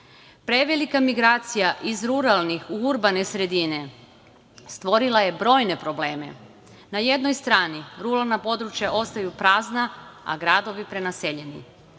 migracija iz ruralnih u urbane sredine stvorila je brojne probleme. Na jednoj strani, ruralna područja ostaju prazna, a gradovi prenaseljeni.